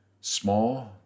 Small